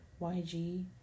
YG